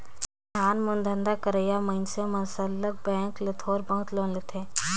नानमुन धंधा करइया मइनसे मन सरलग बेंक ले थोर बहुत लोन लेथें